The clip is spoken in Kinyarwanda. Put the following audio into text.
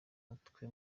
umutwe